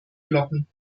glocken